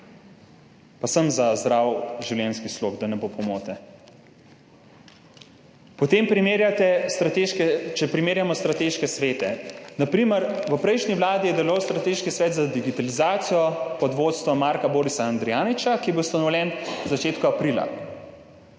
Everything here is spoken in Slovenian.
Pa sem za zdrav življenjski slog, da ne bo pomote. Če primerjamo strateške svete, na primer v prejšnji vladi je deloval Strateški svet za digitalizacijo pod vodstvom Marka Borisa Andrijaniča, ki je bil ustanovljen v začetku aprila.